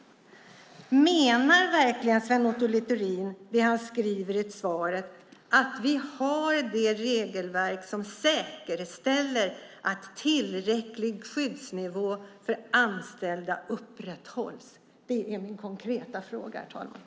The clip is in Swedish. Menar verkligen Sven Otto Littorin det han skriver i svaret att "vi har ett regelverk som säkerställer att tillräcklig skyddsnivå för anställda upprätthålls"? Det är min konkreta fråga, herr talman.